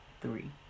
three